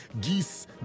geese